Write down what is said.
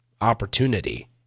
opportunity